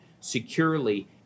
securely